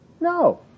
No